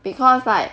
because like